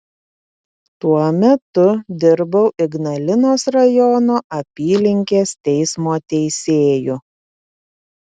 tuo metu dirbau ignalinos rajono apylinkės teismo teisėju